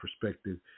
perspective